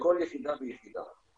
לכל יחידה ויחידה.